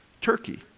Turkey